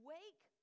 Wake